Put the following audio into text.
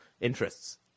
interests